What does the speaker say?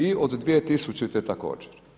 I od 2000. također.